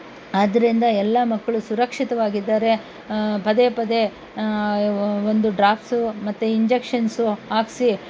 ಆದ್ದರಿಂದ ಎಲ್ಲ ಮಕ್ಕಳು ಸುರಕ್ಷಿತವಾಗಿದ್ದಾರೆ ಪದೇ ಪದೇ ಒಂದು ಡ್ರಾಪ್ಸು ಮತ್ತೆ ಇಂಜೆಕ್ಷನ್ಸು ಹಾಕಿಸಿ